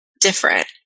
different